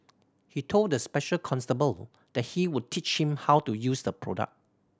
he told the special constable that he would teach him how to use the product